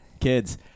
kids